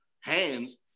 hands